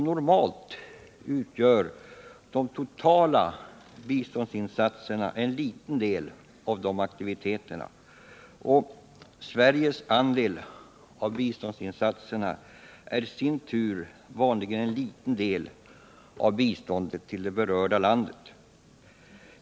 Normalt utgör de totala biståndsinsatserna en liten del av de aktiviteterna, och Sveriges andel av biståndsinsatserna är i sin tur vanligen en liten del av biståndet till det berörda landet.